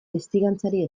testigantzari